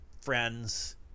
friends